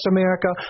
America